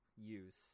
use